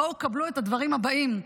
בואו קבלו את הדברים הבאים.